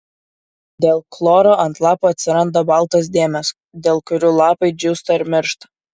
dėl chloro ant lapų atsiranda baltos dėmės dėl kurių lapai džiūsta ir miršta